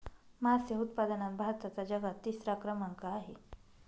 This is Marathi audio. मासे उत्पादनात भारताचा जगात तिसरा क्रमांक आहे